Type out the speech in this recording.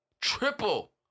Triple